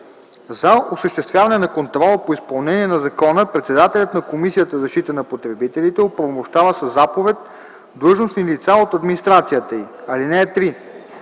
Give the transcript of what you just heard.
За осъществяване на контрола по изпълнение на закона председателят на Комисията за защита на потребителите оправомощава със заповед длъжностни лица от администрацията й. (3)